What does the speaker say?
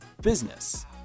Business